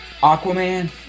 Aquaman